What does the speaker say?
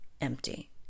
empty